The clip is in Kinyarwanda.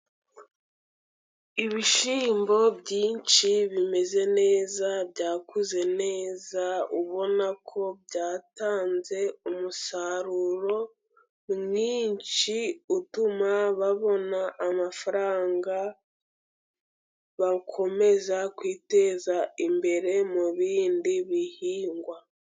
Ibishyimbo byinshi bimeze neza byakuze neza. Ubona ko byatanze umusaruro mwinshi, utuma babona amafaranga, bakomeza kwiteza imbere mu bindi bihingwa.